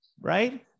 right